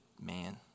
man